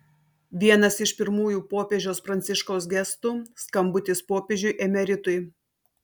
vienas iš pirmųjų popiežiaus pranciškaus gestų skambutis popiežiui emeritui